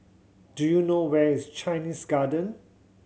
do you know where is Chinese Garden